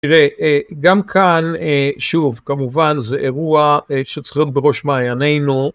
תראה, גם כאן, שוב, כמובן זה אירוע שצריך להיות בראש מעיינינו.